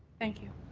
thank you.